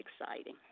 exciting